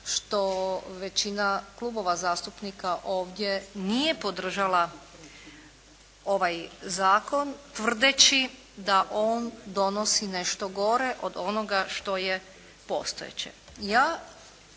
što većina klubova zastupnika ovdje nije podržala ovaj Zakon tvrdeći da on donosi nešto gore od onoga što je postojeće.